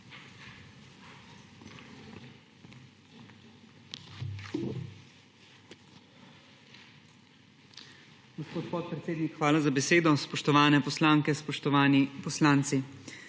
hvala za besedo. Spoštovane poslanke, spoštovani poslanci!